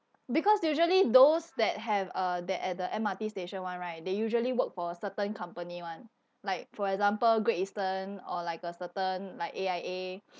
because usually those that have uh that at the M_R_T station one right they usually work for certain company [one] like for example great eastern or like a certain like A_I_A